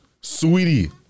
sweetie